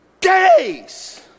days